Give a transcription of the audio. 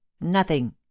Nothing